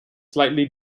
slightly